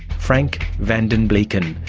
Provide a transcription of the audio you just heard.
frank van den bleeken.